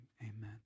amen